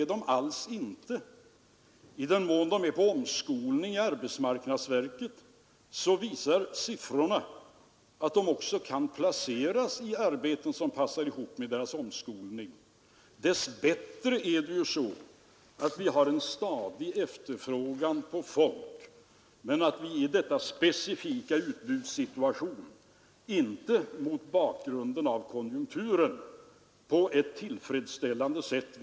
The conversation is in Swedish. Jag klippte för ett par veckor sedan ur en Skånetidning ett litet referat som jag tyckte var rätt intressant. Där säger man följande: På tisdag kallade Skanek i Malmö till en presskonferens och avslöjade då planer på den mest jättelika centralisering inom slakteribranschen som förekommit i den skånska landsändan.